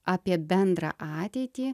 apie bendrą ateitį